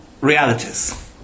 realities